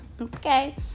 Okay